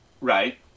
Right